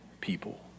people